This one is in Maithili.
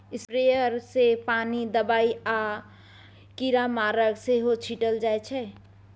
स्प्रेयर सँ पानि, दबाइ आ कीरामार सेहो छीटल जाइ छै